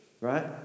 right